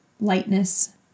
lightness